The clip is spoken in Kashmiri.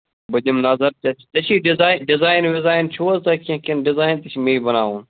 بہٕ دِمہٕ نَظر ژےٚ ژےٚ چھِ ڈِزایِن ڈِزایِن وِزایِن چھُ حظ تۄہہِ کیٚنٛہہ کِنہٕ ڈِزایِن تہِ چھُ مےٚ بَناوُن